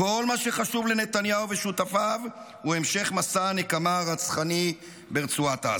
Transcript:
כל מה שחשוב לנתניהו ושותפיו הוא המשך מסע הנקמה הרצחני ברצועת עזה.